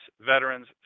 Veterans